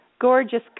gorgeous